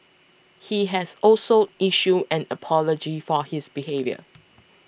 he has also issued an apology for his behaviour